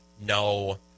No